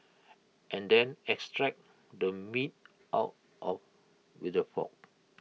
and then extract the meat out of with A fork